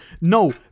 No